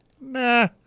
nah